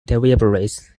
deliveries